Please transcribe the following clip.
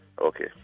Okay